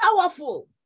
powerful